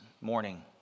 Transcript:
morning